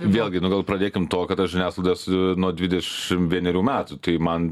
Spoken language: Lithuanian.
vėlgi nu gal pradėkim tuo kad aš žiniasklaidoj esu nuo dvidešim vienerių metų tai man